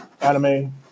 anime